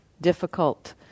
difficult